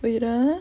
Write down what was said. wait ah